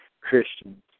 Christians